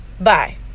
Bye